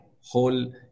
whole